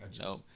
no